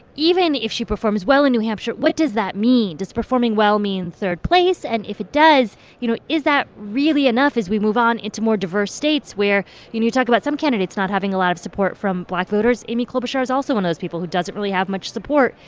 even if she performs well in new hampshire, what does that mean? does performing well mean third place? and if it does, you know, is that really enough as we move on into more diverse states where you know, you talk about some candidates not having a lot of support from black voters. amy klobuchar is also one those people who doesn't really have much support,